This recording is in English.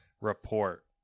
report